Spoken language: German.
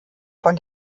von